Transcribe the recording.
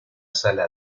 sala